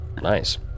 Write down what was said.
Nice